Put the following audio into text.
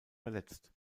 verletzt